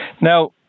Now